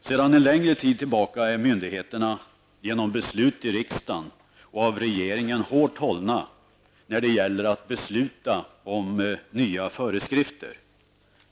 Sedan en längre tid tillbaka är myndigheterna genom beslut av riksdagen och av regeringen hårt hållna när det gäller att besluta om nya föreskrifter.